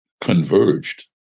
converged